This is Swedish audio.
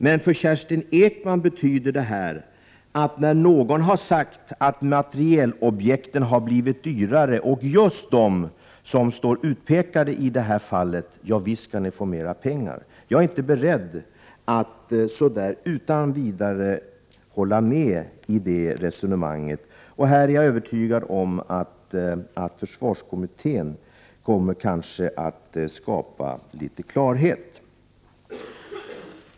Men för Kerstin Ekman betyder detta att när någon har sagt att materielobjekten har blivit dyrare, och just de som utpekas i detta fall, skall man säga: Ja, visst skall ni få mer pengar. Jag är inte beredd att utan vidare hålla med henne i detta resonemang. Jag är övertygad om att försvarskommittén kommer att skapa klarhet i detta.